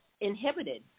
inhibited